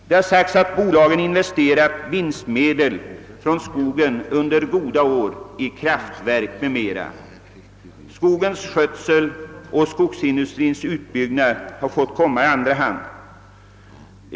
Det har också sagts att bolagen har investerat vinstmedel från skogen i kraftverk och annat under goda år och att skogens skötsel och skogsindustrins utbyggnad har fått komma i andra hand.